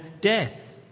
death